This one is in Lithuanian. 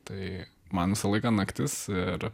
tai man visą laiką naktis ir